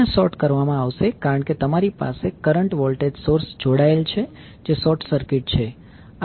તેને શોર્ટ કરવામાં આવશે કારણ કે તમારી પાસે કરંટ વોલ્ટેજ સોર્સ જોડાયેલ છે જે શોર્ટ સર્કિટ છે